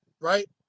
right